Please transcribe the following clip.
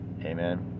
amen